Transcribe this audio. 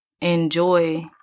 enjoy